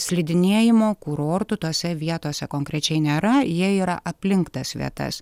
slidinėjimo kurortų tose vietose konkrečiai nėra jie yra aplink tas vietas